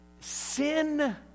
sin